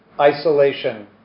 isolation